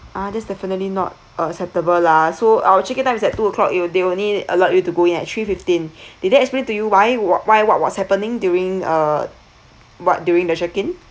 ah that's definitely not acceptable lah so our check in time is at two o'clock you they only allowed you to go in at three fifteen did they explain to you why wh~ why what was happening during uh what during the check in